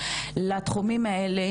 לתחומים האלה,